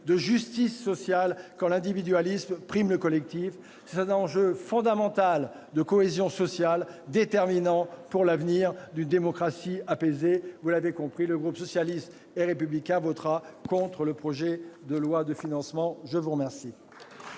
de justice sociale quand l'individualisme primer le collectif. C'est un enjeu fondamental de cohésion sociale déterminant pour l'avenir d'une démocratie apaisée. Vous l'aurez compris, le groupe socialiste et républicain votera contre le projet de loi de financement de la sécurité